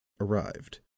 arrived